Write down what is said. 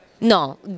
No